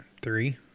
three